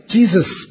Jesus